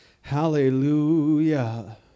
Hallelujah